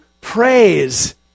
praise